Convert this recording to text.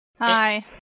hi